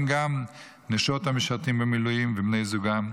גם נשות המשרתים במילואים ובני זוגם,